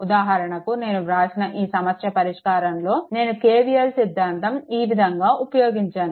ఉదాహరణకు నేను వ్రాసిన ఈ సమస్య పరిష్కారంలో నేను KVL సిద్ధాంతం ఈ విధంగా ఉపయోగించాను